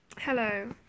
Hello